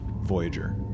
Voyager